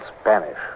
Spanish